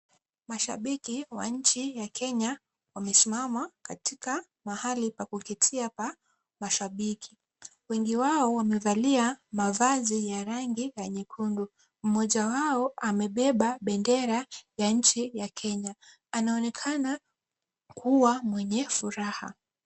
Mashabiki wa nchi ya Kenya wamesimama katika mahali pa kuketia pa mashabiki. Wengi wao wamevalia mavazi ya rangi ya nyekundu. Mmoja wao amebeba bendera ya nchi ya Kenya. Anaonekana kuwa mwenye furaha.